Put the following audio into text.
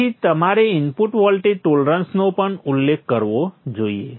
તેથી તમારે input voltage ટોલરન્સનો પણ ઉલ્લેખ કરવો જોઈએ